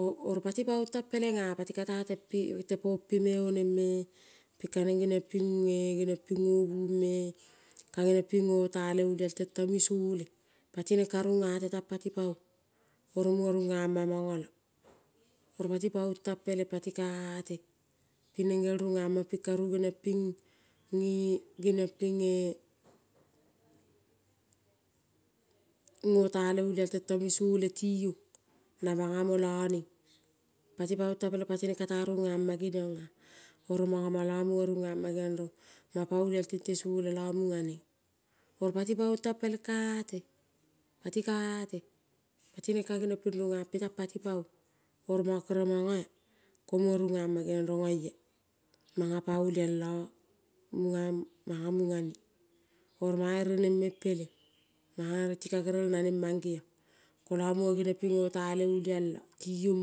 Oro pati paong tang pelenges pati kata tempe pompe me onenges, ping kaneng ngeniong ping ngobung mea, ka ngeniong ping ngo te le olial tentomi sole. Pati neng ka rung ea te tang pa ong, oro mungo rungea ma mongo lo. Oro pati paong tang peleng pati ka eate, tineng gerel ningeama ping karu geniong ping nge ngeniong pinge ngo te le olial tentoni sole ti ong. Namanga molo neng, pati paong tang peleng patineng katea rungeama ngeniongea, oro mongo mongolo mungo rungaman manga pa olial tente solelo manga ninraga neng. Oro pati paong teng kaeate, pati neng ka ngeniong ping ningea peleng pati paong oro mongo kere mongo ea ko mongo ningama geniong rong oia manga pa olial lo manga mungane. Oro manga ere neng meng peleng manga ere ti ka gerel naneng mangeiong, kolo mungo ngeniong ping ngota le olial loti ong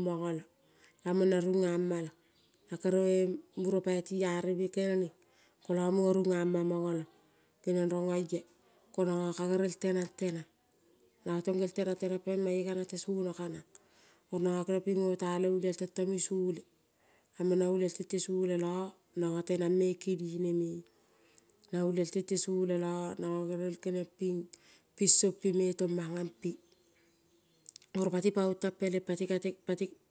mongolo. Lamong na rungama lo, pa kere muropai ti eareve kel neng, kolo mungo rungeama mongo lo geniong rong oia konongo ka gerel tenang, tenang. Nongo tong gerel tenang tenang peleng mange ka natesono ka nang onongo keniong ping ngota le olial tento mine sole, lamong na olial tente sole lo nongo tenang keneneme. Na olial tente sole lo no ka gel keniong ping pinso peme toma mpe. Oro pati paong teng peleng pati kate pati.